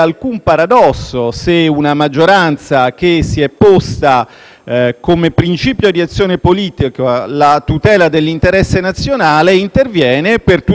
come principio di azione politica la tutela dell'interesse nazionale, interviene per tutelare l'interesse nazionale a condizioni di reciprocità.